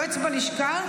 יועץ בלשכה,